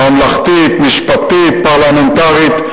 ממלכתית, משפטית, פרלמנטרית.